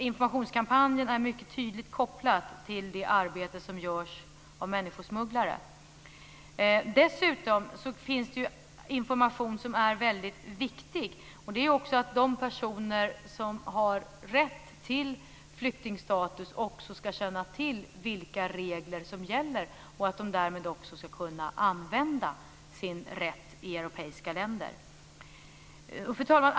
Informationskampanjen är mycket tydligt kopplad till det arbete som görs av människosmugglare. Det finns dessutom annan information som är viktig, nämligen att de personer som har rätt till flyktingstatus också ska känna till vilka regler som gäller så att de därmed kan använda sin rätt i europeiska länder. Fru talman!